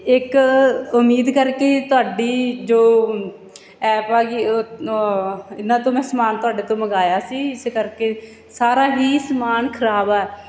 ਇੱਕ ਉਮੀਦ ਕਰਕੇ ਤੁਹਾਡੀ ਜੋ ਐਪ ਆਗੀ ਇਹਨਾਂ ਤੋਂ ਮੈਂ ਸਮਾਨ ਤੁਹਾਡੇ ਤੋਂ ਮੰਗਵਾਇਆ ਸੀ ਇਸੇ ਕਰਕੇ ਸਾਰਾ ਹੀ ਸਮਾਨ ਖ਼ਰਾਬ ਆ